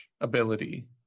ability